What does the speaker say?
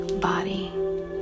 body